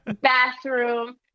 bathroom